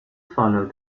followed